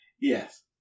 Yes